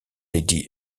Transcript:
lady